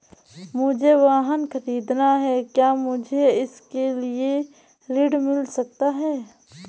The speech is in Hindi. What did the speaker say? मुझे वाहन ख़रीदना है क्या मुझे इसके लिए ऋण मिल सकता है?